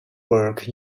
work